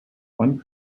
one